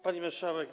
Pani Marszałek!